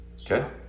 Okay